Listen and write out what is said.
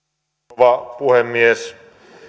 rouva puhemies